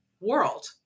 world